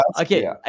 Okay